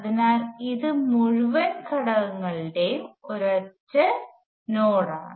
അതിനാൽ ഇത് മുഴുവൻ ഘടകങ്ങളുടെയും ഒരൊറ്റ നോഡാണ്